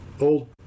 old